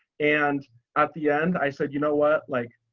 and at the end, i said, you know what, like,